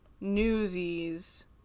Newsies